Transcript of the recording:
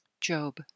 Job